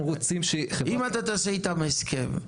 מה אכפת לך לעשות איתם הסכם,